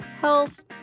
health